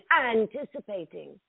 anticipating